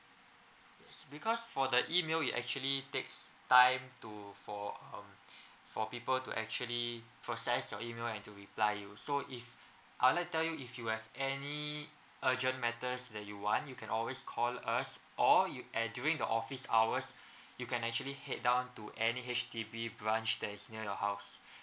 it's because for the email it actually takes time to for um for people to actually process your email and to reply you so if I'd like to tell you if you have any urgent matters that you want you can always call us or you and during the office hours you can actually head down to any H_D_B branch that is near your house